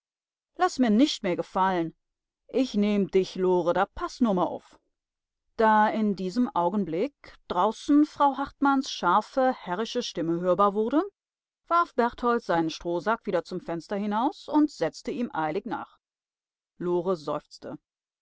laß mir nischt mehr gefall'n ich nehm dich lore da paß nur mal uff da in diesem augenblick draußen frau hartmanns scharfe herrische stimme hörbar wurde warf berthold seinen strohsack wieder zum fenster hinaus und setzte ihm eilig nach lore seufzte